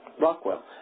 Rockwell